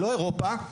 לא אירופה.